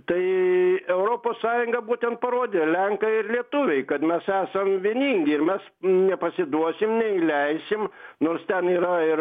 tai europos sąjunga būtent parodė lenkai ir lietuviai kad mes esam vieningi ir mes nepasiduosim neįleisim nors ten yra ir